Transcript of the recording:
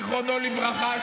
זכרו לברכה,